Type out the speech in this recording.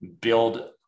build